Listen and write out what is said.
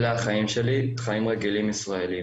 אלה החיים שלי, חיים רגילים ישראלים,